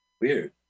Weird